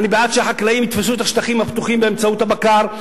אני בעד שהחקלאים יתפסו את השטחים הפתוחים באמצעות הבקר,